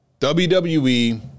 WWE